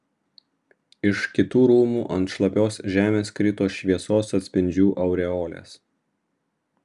iš kitų rūmų ant šlapios žemės krito šviesos atspindžių aureolės